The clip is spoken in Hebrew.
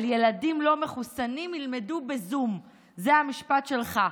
על ילדים לא מחוסנים ילמדו בזום, זה המשפט שלך,